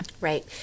right